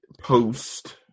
post